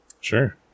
Sure